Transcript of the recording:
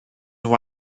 nhw